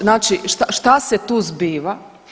Znači šta se tu zbiva.